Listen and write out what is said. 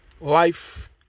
life